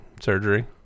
surgery